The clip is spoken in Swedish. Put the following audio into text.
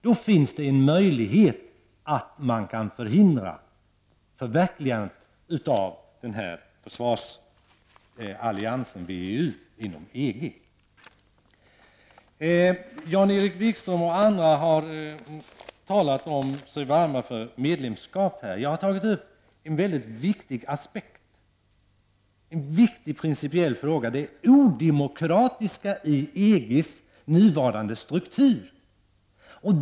Då finns det en möjlighet att förhindra förverkligandet av försvarsalliansen Jan-Erik Wikström och andra har talat sig varma för medlemskap. Jag har tagit upp en väldigt viktig aspekt, en viktig principiell fråga, nämligen det odemokratiska i EGs nuvarande struktur.